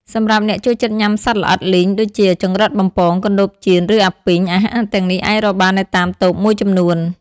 សម្រាប់អ្នកចូលចិត្តញុាំសត្វល្អិតលីង ដូចជា ចង្រិតបំពង កណ្ដូបចៀន ឬអាពីង អាហារទាំងនេះអាចរកបាននៅតាមតូបមួយចំនួន ។